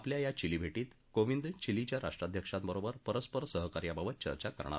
आपल्या या चिली भेटीत कोविंद चिलीच्या राष्ट्राध्यक्षांबरोबर परस्पर सहाकार्याबाबत चर्चा करणार आहेत